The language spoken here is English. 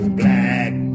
black